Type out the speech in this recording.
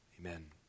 Amen